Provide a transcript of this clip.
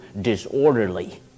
disorderly